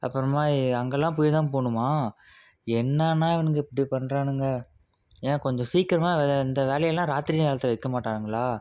அப்பறமாக அங்கேலாம் போய் தான் போகணுமா என்ன அண்ணா இவனுங்க இப்படி பண்ணுறானுங்க ஏன் கொஞ்சம் சீக்கிரமாக வேறு இந்த வேலை எல்லாம் ராத்திரி நேரத்தில் வைக்க மாட்டானுங்களா